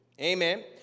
Amen